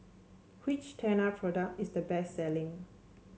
which Tena product is the best selling